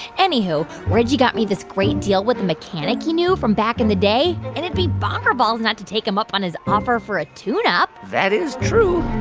anywho, reggie got me this great deal with a mechanic he knew from back in the day, and it'd be bonkerballs not to take him up on his offer for a tuneup that is true